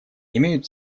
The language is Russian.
имеют